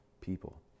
people